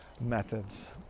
methods